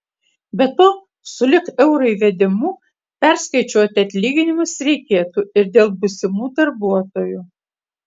be to sulig euro įvedimu perskaičiuoti atlyginimus reikėtų ir dėl būsimų darbuotojų